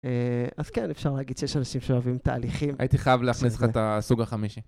אז כן, אפשר להגיד שיש אנשים שאוהבים תהליכים. הייתי חייב להכניס לך את הסוג החמישי.